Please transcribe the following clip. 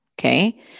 okay